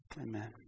Amen